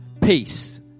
Peace